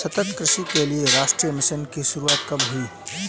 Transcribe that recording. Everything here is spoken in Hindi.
सतत कृषि के लिए राष्ट्रीय मिशन की शुरुआत कब हुई?